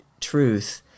truth